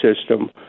system